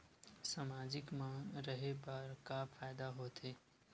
सामाजिक मा रहे बार का फ़ायदा होथे?